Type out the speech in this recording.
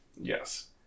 Yes